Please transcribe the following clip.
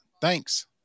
Thanks